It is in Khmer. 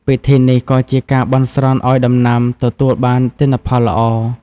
ពិធីនេះក៏ជាការបន់ស្រន់ឲ្យដំណាំទទួលបានទិន្នផលល្អ។